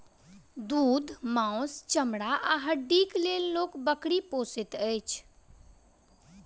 दूध, मौस, चमड़ा आ हड्डीक लेल लोक बकरी पोसैत अछि